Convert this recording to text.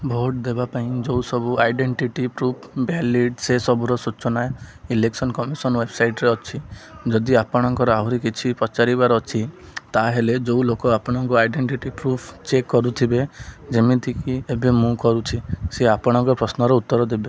vote ଦେବା ପାଇଁ ଯେଉଁସବୁ ଆଇଡ଼େଣ୍ଟିଟି ପ୍ରୁଫ୍ ଭ୍ୟାଲିଡ଼୍ର ସେସବୁର ସୂଚନା ଇଲେକ୍ସନ୍ କମିଶନ୍ ୱେବ୍ସାଇଟ୍ରେ ଅଛି ଯଦି ଆପଣଙ୍କର ଆହୁରି କିଛି ପଚାରିବାର ଅଛି ତାହେଲେ ଯେଉଁ ଲୋକ ଆପଣଙ୍କ ଆଇଡ଼େଣ୍ଟିଟି ପ୍ରୁଫ୍ ଚେକ୍ କରୁଥିବେ ଯେମିତିକି ଏବେ ମୁଁ କରୁଛି ସିଏ ଆପଣଙ୍କ ପ୍ରଶ୍ନର ଉତ୍ତର ଦେବେ